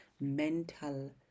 mental